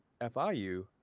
FIU